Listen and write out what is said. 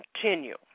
continue